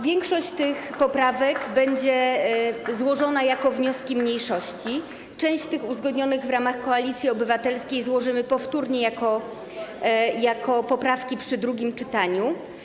Większość tych poprawek będzie złożona jako wnioski mniejszości, część tych uzgodnionych w ramach Koalicji Obywatelskiej złożymy powtórnie jako poprawki w drugim czytaniu.